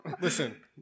Listen